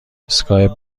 ایستگاه